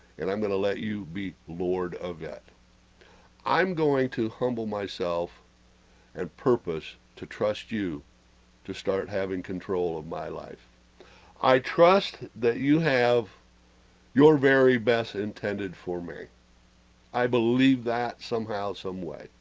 and i'm gonna, let, you be lord of that i'm going to humble myself and purpose to trust you to start having control of my life i trust that you have your very best intended for me i believe that somehow someway